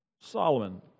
Solomon